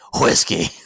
whiskey